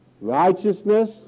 Righteousness